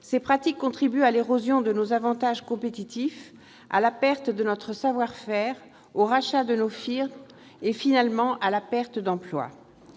Ces pratiques contribuent à l'érosion de nos avantages compétitifs, à la perte de notre savoir-faire, au rachat de nos firmes et, finalement, à la perte d'emplois.